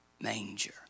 manger